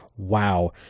wow